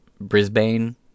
Brisbane